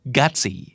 Gutsy